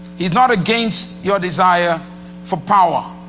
he's not against your desire for power.